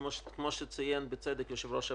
כמו שציין בצדק יושב-ראש הוועדה,